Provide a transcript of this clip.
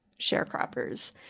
sharecroppers